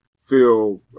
feel